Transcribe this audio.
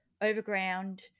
overground